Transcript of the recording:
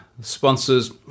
sponsors